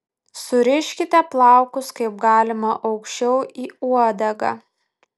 suriškite plaukus kaip galima aukščiau į uodegą